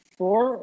four